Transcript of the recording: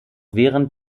während